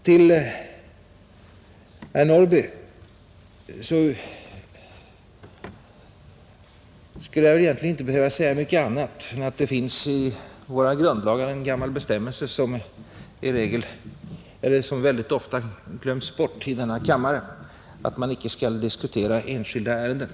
Till herr Norrby i Åkersberga skulle jag egentligen inte behöva säga mycket annat än att det i våra grundlagar finns en gammal bestämmelse, som mycket ofta glöms bort, nämligen den att vi inte här skall diskutera enskilda ärenden.